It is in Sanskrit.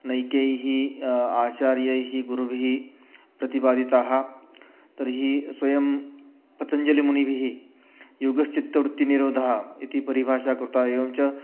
नैकैः आचार्यैः गुरुभिः प्रतिपादिताः तर्हि स्वयं पतञ्जलिमुनिभिः योगश्चित्तवृत्तिनिरोधः इति परिभाषा कृता एवं च